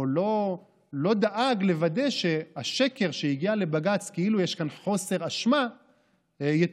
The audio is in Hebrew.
או לא דאג לוודא שהשקר שהגיע לבג"ץ כאילו יש כאן חוסר אשמה יתוקן.